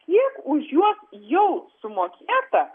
kiek už juos jau sumokėta